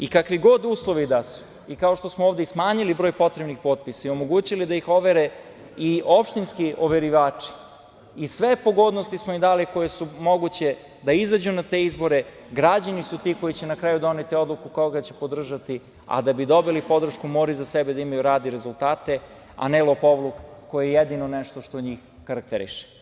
I kakvi god uslovi da su, i kao što smo ovde i smanjili broj potrebnih potpisa i omogućili da ih overe i opštinski overivači i sve pogodnosti smo im dali koje su moguće da izađu na te izbore, građani su ti koji će na kraju doneti odluku koga će podržati, a da bi dobili podršku moraju iza sebe da imaju rad i rezultate, a ne lopovluk, koji je jedino nešto što njih karakteriše.